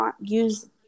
use